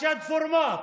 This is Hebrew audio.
חשד פורמט,